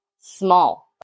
small